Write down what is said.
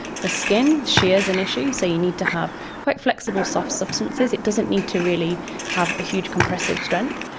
for skin, shear is an issue so you need to have quite flexible, soft substances. it doesn't need to really have a huge compressive strength.